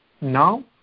now